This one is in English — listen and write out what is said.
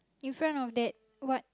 in front of that what